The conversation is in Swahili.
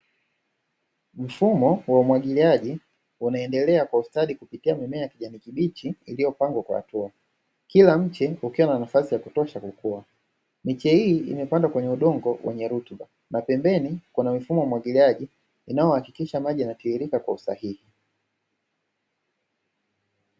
Mfumo wa umwagiliaji, unaendelea kwa ustadi kupitia mimea ya kijani kibichi iliyopangwa kwa hatua. Kila mche ukiwa na nafasi ya kutosha kukua. Miche hii imepandwa kwenye udongo wenye rutuba, na pembeni kuna mifumo ya umwagiliaji inayohakikisha maji yanatiririka kwa usahihi.